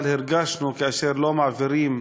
אבל הרגשנו כאשר לא מעבירים